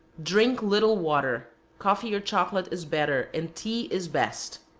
drink little water coffee or chocolate is better, and tea is best.